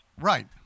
Right